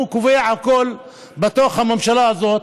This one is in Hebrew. הוא קובע הכול בתוך הממשלה הזאת.